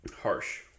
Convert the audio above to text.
harsh